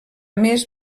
més